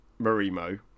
Marimo